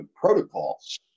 protocols